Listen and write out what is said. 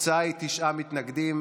התוצאה היא תשעה מתנגדים,